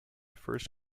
first